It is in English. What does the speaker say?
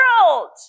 world